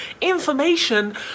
information